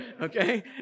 okay